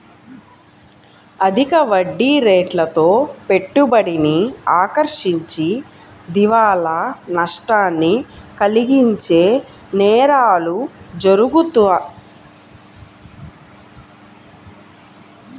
అధిక వడ్డీరేట్లతో పెట్టుబడిని ఆకర్షించి దివాలా నష్టాన్ని కలిగించే నేరాలు జరుగుతాయి